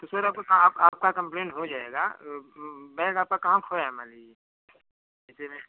तो सर आपका कहाँ आपका कम्पलेन्ट हो जाएगा बैग आपका कहाँ खोया है मान लीजिए जिसमें